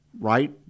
right